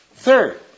Third